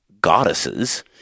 goddesses